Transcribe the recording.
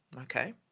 okay